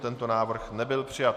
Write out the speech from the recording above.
Tento návrh nebyl přijat.